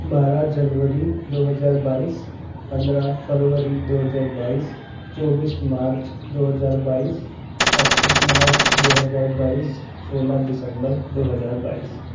बारह जनवरी दो हज़ार बाईस पंद्रह फ़रवरी दो हज़ार बाईस चौबीस मार्च दो हज़ार बाईस पच्चीस मार्च दो हज़ार बाईस सोलह दिसम्बर दो हज़ार बाईस